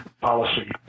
policy